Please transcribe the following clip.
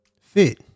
Fit